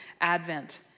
Advent